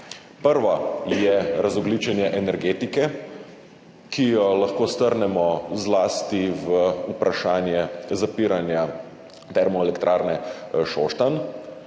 Prvo je razogljičenje energetike, ki jo lahko strnemo zlasti v vprašanje zapiranja Termoelektrarne Šoštanj.